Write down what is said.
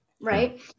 right